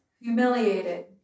humiliated